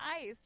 ice